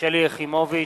שלי יחימוביץ,